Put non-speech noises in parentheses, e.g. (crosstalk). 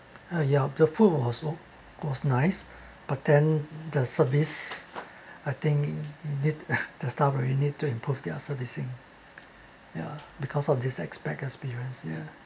uh yup the food was was nice but then the service I think need (laughs) the staff really need to improve their servicing ya because of this ex~ bad experience yeah